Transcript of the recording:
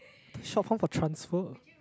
short form for transfer